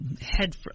head